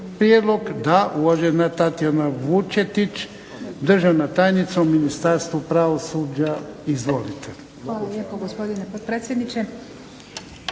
prijedlog? Da. Uvažena Tatijana Vučetić državna tajnica u Ministarstvu pravosuđa. Izvolite. **Vučetić, Tatijana** Hvala lijepo gospodine potpredsjedniče.